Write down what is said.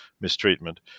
mistreatment